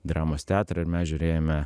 dramos teatrą ir mes žiūrėjome